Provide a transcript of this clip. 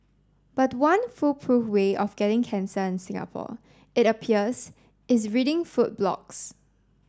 but one foolproof way of getting cancer in Singapore it appears is reading food blogs